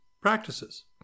practices